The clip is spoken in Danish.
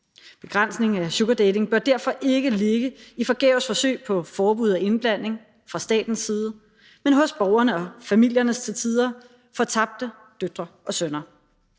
Begrænsning af sugardating bør derfor ikke ligge i et forgæves forsøg på forbud og indblanding fra statens side, men hos borgerne og familiernes til tider fortabte døtre og sønner.